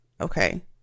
okay